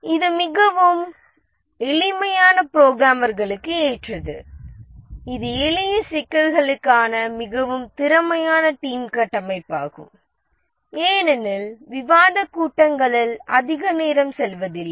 இது மிகவும் எளிமையான புரோகிராமர்களுக்கு ஏற்றது இது எளிய சிக்கல்களுக்கான மிகவும் திறமையான டீம் கட்டமைப்பாகும் ஏனெனில் விவாதக் கூட்டங்களில் அதிக நேரம் செல்வதில்லை